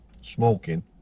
Smoking